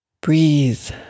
Breathe